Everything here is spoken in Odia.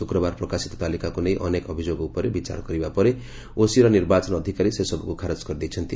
ଶୁକ୍ରବାର ପ୍ରକାଶିତ ତାଲିକାକୁ ନେଇ ଅନେକ ଅଭିଯୋଗ ଉପରେ ବିଚାର କରିବା ପରେ ଓସିଏର ନିର୍ବାଚନ ଅଧିକାରୀ ସେସବୁକୁ ଖାରଜ କରିଦେଇଛନ୍ତି